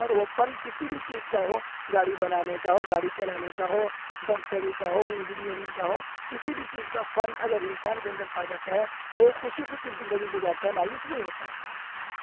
اور وہ فن کسی بھی چیز کا ہو گاڑی بنانے کا ہو گاڑی چلانے کا ہو ڈاکٹری کا ہو انجینئرنگ کا ہو کسی بھی چیز کا فن اگر انسان کے اندر پایا جاتا ہے وہ خوشی خوشی زندگی گزارتا ہے مایوس نہیں ہوتا ہے